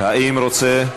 האם רוצה?